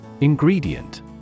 Ingredient